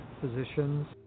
physicians